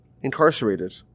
incarcerated